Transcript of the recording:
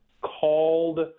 called